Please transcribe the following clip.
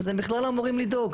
אז הם בכלל לא אמורים לדאוג.